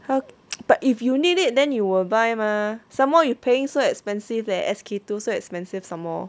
how to but if you need it then you will buy mah some more you paying so expensive leh S_K two so expensive some more